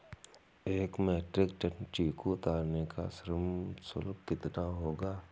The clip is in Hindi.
एक मीट्रिक टन चीकू उतारने का श्रम शुल्क कितना होगा?